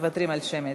מוותרים על שמית.